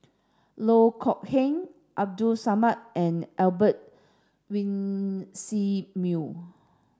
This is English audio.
Loh Kok Heng Abdul Samad and Albert Winsemius